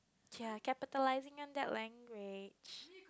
ya capitalizing on that language